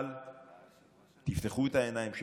אבל תפתחו את העיניים שלכם,